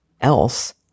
else